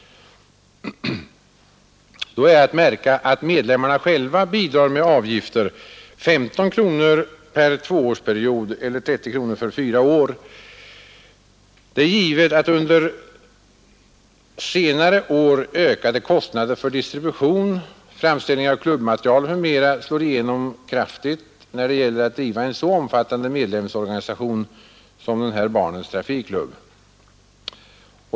Det är att märka att medlemmarna själva bidrar med avgifter — 15 kronor för varje tvåårsperiod, eller 30 kronor för fyra år. Det är givet att under senare år ökade kostnader för distribution, framställning av klubbmaterial m.m. slår igenom kraftigt när det gäller att driva en till antalet medlemmar så omfattande organisation som Barnens trafikklubb.